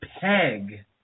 peg